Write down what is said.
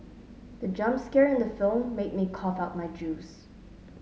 the jump scare in the film made me cough out my juice